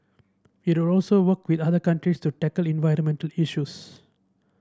it will also work with other countries to tackle environmental issues